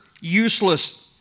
useless